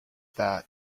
that